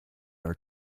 our